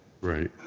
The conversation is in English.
Right